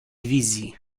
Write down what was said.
wizji